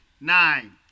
nine